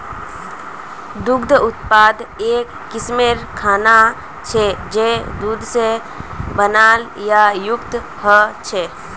दुग्ध उत्पाद एक किस्मेर खाना छे जये दूध से बनाल या युक्त ह छे